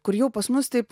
kur jau pas mus taip